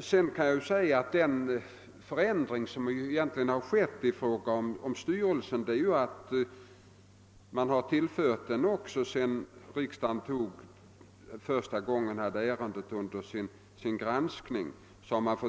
Slutligen vill jag tillägga att den förändring som skett i den styrelse det här gäller är, att sedan riksdagen behand "lade detta ärende första gången har styrelsen